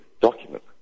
document